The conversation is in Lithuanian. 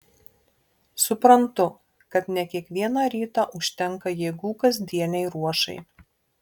suprantu kad ne kiekvieną rytą užtenka jėgų kasdienei ruošai